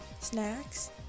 snacks